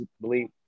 believe